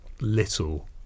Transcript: little